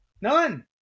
None